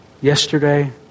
yesterday